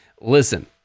Listen